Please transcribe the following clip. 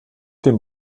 dem